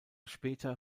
später